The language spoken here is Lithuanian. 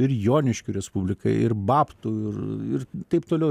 ir joniškio respublika ir babtų ir ir taip toliau